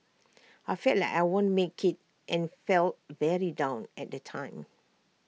I felt like I won't make IT and felt very down at the time